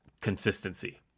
consistency